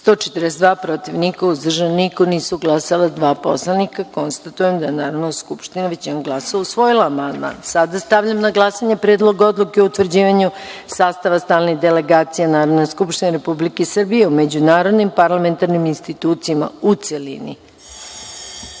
142, protiv – niko, uzdržanih nema, nisu glasala dva poslanika. Konstatujem da je Narodna skupština većinom glasova usvojila amandman. Stavljam na glasanje Predlog odluke o utvrđivanju sastava stalnih delegacija Narodne skupštine Republike Srbije u međunarodnim parlamentarnim institucijama, u